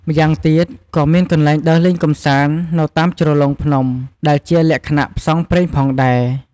ម្យ៉ាងទៀតក៏មានកន្លែងដើរលេងកម្សាន្តនៅតាមជ្រលងភ្នំដែលជាលក្ខណៈផ្សងព្រេងផងដែរ។